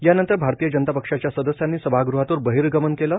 यानंतर भारतीय जनता पक्षाच्या सदस्यांनी सभागृहातून बहिर्गमन केलं